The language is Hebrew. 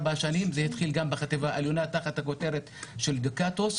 שנים זה התחיל גם בחטיבה העליונה תחת הכותרת "דוקטוס",